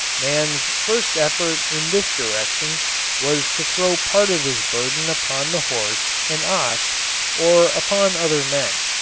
man's first effort in this direction was to throw part of his burden upon the horse and ox or upon other men.